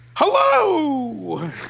Hello